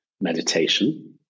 meditation